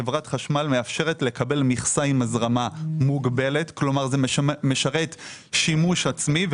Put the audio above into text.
חברת חשמל מאפשרת לקבל מכסה עם הזרמה מוגבלת כלומר זה משרת שימוש עצמי.